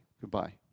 Goodbye